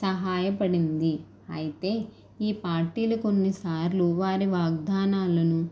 సహాయపడింది అయితే ఈ పార్టీలు కొన్ని సార్లు వారి వాగ్ధానాలను